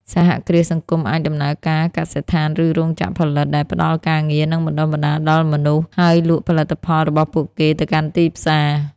សហគ្រាសសង្គមអាចដំណើរការកសិដ្ឋាន ឬរោងចក្រផលិត ដែលផ្តល់ការងារ និងបណ្តុះបណ្តាលដល់មនុស្ស ហើយលក់ផលិតផលរបស់ពួកគេទៅកាន់ទីផ្សារ។